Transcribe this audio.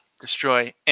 destroy